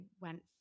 went